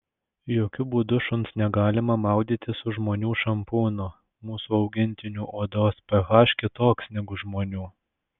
jokiu būdu šuns negalima maudyti su žmonių šampūnu mūsų augintinių odos ph kitoks negu žmonių